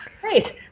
Great